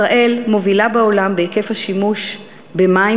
ישראל מובילה בעולם בהיקף השימוש במים